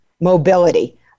mobility